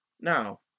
Now